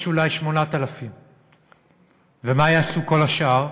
יש אולי 8,000. מה יעשו כל השאר?